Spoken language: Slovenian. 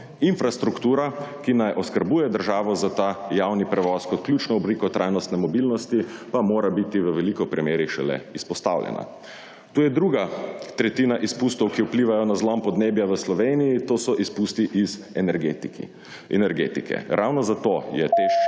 Infrastruktura, ki naj oskrbuje državo za ta javni prevoz kot ključno obliko trajnostne mobilnosti, pa mora biti v veliko primerih šele vzpostavljena. To je druga tretjina izpustov, ki vplivajo na zlom podnebja v Sloveniji, to so izpusti iz energetike. Ravno zato je